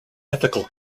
ethical